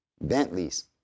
Bentleys